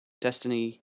Destiny